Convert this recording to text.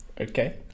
okay